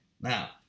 Now